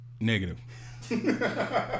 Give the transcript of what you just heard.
Negative